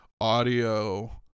audio